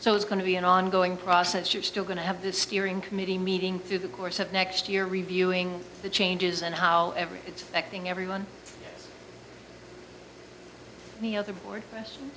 so it's going to be an ongoing process you're still going to have the steering committee meeting through the course of next year reviewing the changes and how every it's affecting everyone any other board question